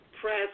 press